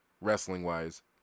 wrestling-wise